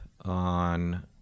on